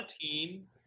team